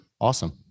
Awesome